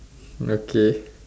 okay